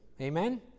Amen